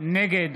נגד